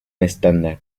estándar